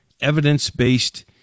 evidence-based